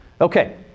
Okay